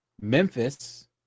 Memphis